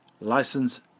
license